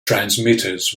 transmitters